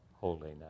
holiness